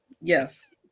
Yes